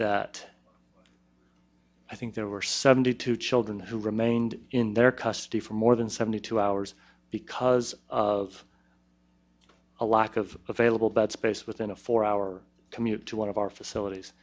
that i think there were seventy two children who remained in their custody for more than seventy two hours because of a lack of available but space within a four hour commute to one of our facilities